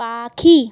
পাখি